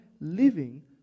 living